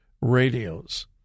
radios